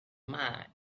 mind